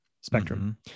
spectrum